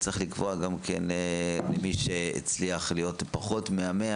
צריך לקבוע שגם מי שיש לו פחות מ-100